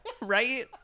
right